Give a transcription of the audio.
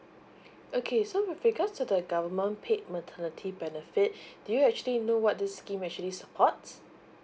okay so with regards to the government paid maternity benefit do you actually know what this scheme actually supports